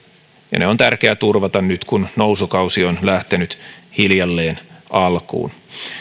ja ne on tärkeä turvata nyt kun nousukausi on lähtenyt hiljalleen alkuun